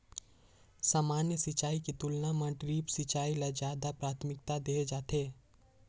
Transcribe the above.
सामान्य सिंचाई के तुलना म ड्रिप सिंचाई ल ज्यादा प्राथमिकता देहे जाथे